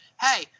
Hey